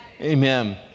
Amen